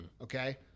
okay